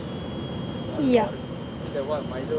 yeah